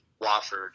Wofford